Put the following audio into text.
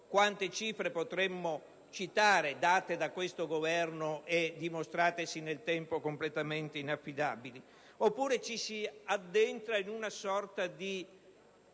quante cifre potremmo indicare, tra quelle date da questo Governo, dimostratesi nel tempo completamente inaffidabili? Oppure ci si addentra in una sorta di